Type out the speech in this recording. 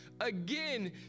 Again